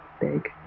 big